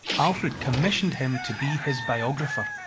alfred commissioned him to be his biographer.